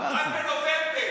כולם בבית,